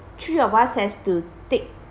three of us have to take